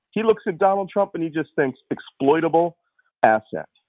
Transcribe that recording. he looks at donald trump and he just thinks exploitable assets.